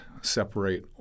separate